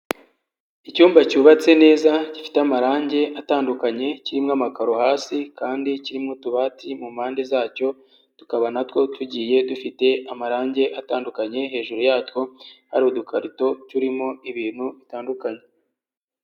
Icyumba cyubatse neza, gifite amarange atandukanye, kirimo amakaro hasi kandi kirimo utubati mu mpande zacyo, tukaba na two tugiye dufite amarange atandukanye, hejuru yatwo hari udukarito turimo ibintu bitandukanye.